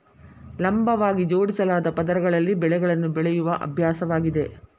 ಲಂಬವಾಗಿ ಜೋಡಿಸಲಾದ ಪದರಗಳಲ್ಲಿ ಬೆಳೆಗಳನ್ನು ಬೆಳೆಯುವ ಅಭ್ಯಾಸವಾಗಿದೆ